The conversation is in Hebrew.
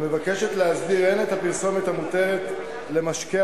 המבקשת להסדיר הן את הפרסומת המותרת למשקה